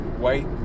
White